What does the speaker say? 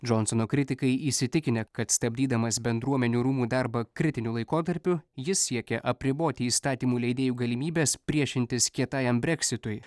džonsono kritikai įsitikinę kad stabdydamas bendruomenių rūmų darbą kritiniu laikotarpiu jis siekia apriboti įstatymų leidėjų galimybes priešintis kietajam breksitui